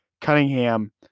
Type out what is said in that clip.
Cunningham